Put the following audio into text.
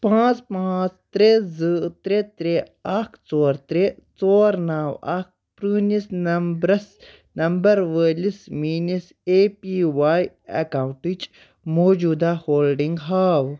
پانژھ پانژھ ترٛےٚ زٕ ترٛےٚ ترٛےٚ اکھ ژور ترٛےٚ ژور نو اکھ پرٲنس نمبرس نمبر وٲلِس میانِس اے پی واے اکاؤنٹٕچ موٗجوٗدہ ہولڈنگ ہاو